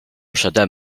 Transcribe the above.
przede